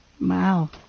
Wow